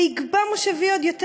/ לא ארשה, ויגבה מושבי עוד יותר.